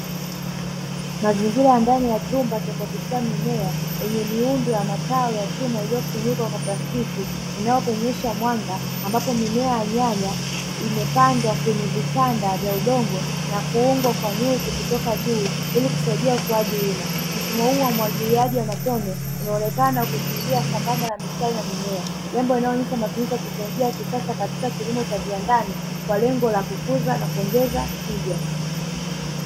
Mazingira ya ndani ya chumba cha kuoteshea mimea yenye miundo ya matawi ya chuma iliyofunikwa kwa plastiki inayopenyesha mwanga ambapo mimea ya nyanya imepandwa kwenye vitanda vya udongo na kuungwa kwa nyuzi kutoka juu ili kusaidia ukuaji wima. Mfumo huu wa umwagiliaji wa matone umeonekana ukikimbia sambamba na mistari na mimea jambo linaloonyesha matumizi ya teknolojia ya kisasa katika kilimo cha viwandani kwa lengo la kukuza na kuongeza tija.